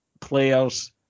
players